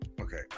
Okay